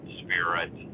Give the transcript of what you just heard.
spirit